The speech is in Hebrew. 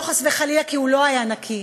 לא חס וחלילה כי הוא לא היה נקי,